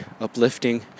uplifting